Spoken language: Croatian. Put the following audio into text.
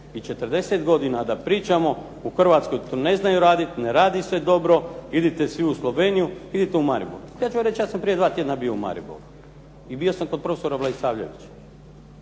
i 40 godina da pričamo u Hrvatskoj to ne znaju raditi, ne radi se dobro, idite svi u sloveniju, idite u Maribor. Ja ću vam reći ja sam prije 2 tjedna bio u Mariboru i bio sam kod prof. Vlaisavljevića.